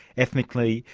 ethically.